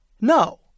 No